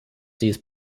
these